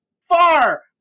far